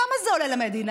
כמה זה עולה למדינה?